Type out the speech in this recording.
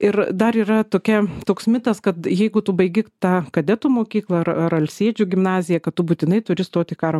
ir dar yra tokia toks mitas kad jeigu tu baigi tą kadetų mokyklą ar ar alsėdžių gimnaziją kad tu būtinai turi stot į karo